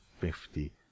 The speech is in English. fifty